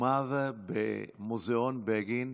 מנאומיו במוזיאון בגין,